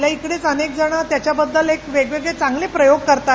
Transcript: आपल्या इकडचं अनेक जणं त्याच्याबद्दल एक वेग वेगळे चांगले प्रयोग करत आहेत